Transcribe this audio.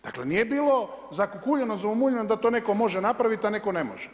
Dakle nije bilo zakukuljeno, zaumuljano da to neko može napraviti, a neko ne može.